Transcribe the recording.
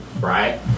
right